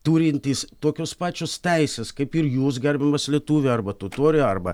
turintys tokios pačios teisės kaip ir jūs gerbiamas lietuvių arba totorių arba